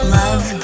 love